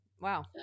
Wow